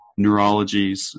neurologies